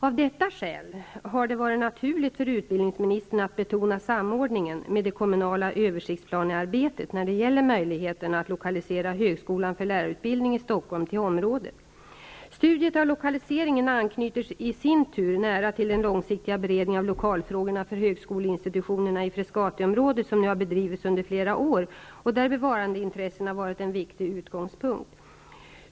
Av detta skäl har det varit naturligt för utbild ningsministern att betona samordningen med det kommunala översiktsplanearbetet när det gäller möjligheterna att lokalisera Högskolan för lärar utbildning i Stockholm till området. Studiet av lokaliseringen anknyter i sin tur nära till den långsiktiga beredningen av lokalfrågorna för högskoleinstitutionerna i Frescatiområdet, som nu har bedrivits under flera år och där beva randeintressena har varit en viktig utgångspunkt.